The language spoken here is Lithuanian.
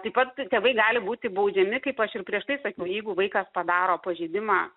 taip pat tėvai gali būti baudžiami kaip aš ir prieš tai sakiau jeigu vaikas padaro pažeidimą